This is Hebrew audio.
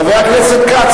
חבר הכנסת כץ,